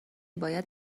باید